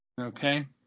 Okay